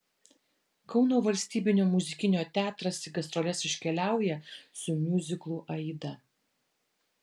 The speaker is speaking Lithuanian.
kauno valstybinio muzikinio teatras į gastroles iškeliauja su miuziklu aida